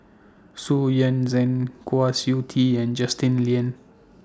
Xu Yuan Zhen Kwa Siew Tee and Justin Lean